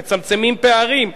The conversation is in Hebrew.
מצמצמים פערים.